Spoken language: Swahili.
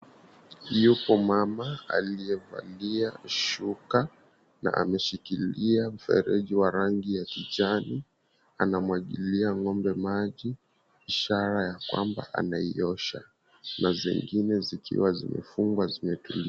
Yupo mama aliyevalia shuka na ameshikilia mfereji wa rangi ya kijani anamwagilia ng'ombe maji ishara ya kwamba anaiosha na zengine zikiwa zimefungwa zimetulia.